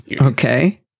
Okay